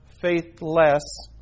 faithless